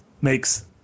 makes